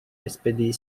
especie